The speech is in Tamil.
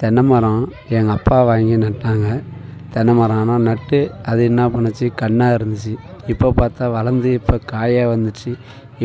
தென்னை மரம் எங்கள் அப்பா வாங்கி நட்டாங்க தென்னை மரம் ஆனால் நட்டு அது என்ன பண்ணிச்சி கன்றா இருந்துச்சு இப்போப் பார்த்தா வளர்ந்து இப்போ காயாக வந்துச்சு